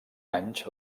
anys